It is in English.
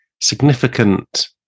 significant